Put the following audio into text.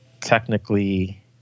Technically